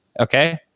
Okay